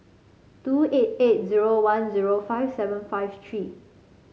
two eight eight zero one zero five seven five three